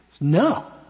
no